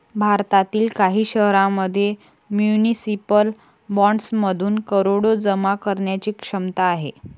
भारतातील काही शहरांमध्ये म्युनिसिपल बॉण्ड्समधून करोडो जमा करण्याची क्षमता आहे